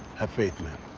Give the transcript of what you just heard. have faith, man.